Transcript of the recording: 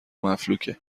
مفلوکه